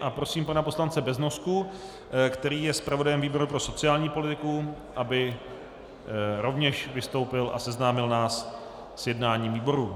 A prosím pana poslance Beznosku, který je zpravodajem výboru pro sociální politiku, aby rovněž vystoupil a seznámil nás s jednáním výboru.